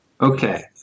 Okay